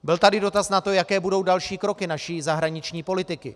Byl tady dotaz na to, jaké budou další kroky naší zahraniční politiky.